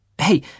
Hey